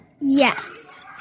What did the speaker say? Yes